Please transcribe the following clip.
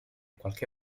qualche